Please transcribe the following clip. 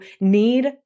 need